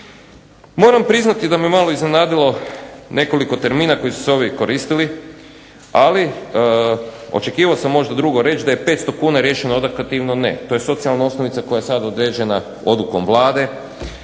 Moram priznati da me malo iznenadilo nekoliko termina koji su se ovdje koristili ali očekivao sam možda drugo reći da je 500 kuna riješeno odokativno ne, to je socijalna osnovica koja je sad određena odlukom Vlade.